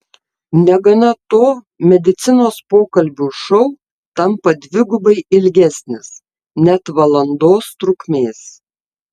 negana to medicinos pokalbių šou tampa dvigubai ilgesnis net valandos trukmės